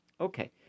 Okay